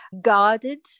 guarded